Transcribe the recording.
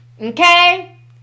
okay